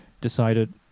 decided